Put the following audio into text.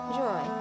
joy